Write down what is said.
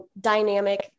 dynamic